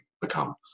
become